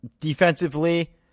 Defensively